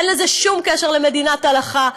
אין לזה שום קשר למדינת הלכה.